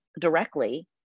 directly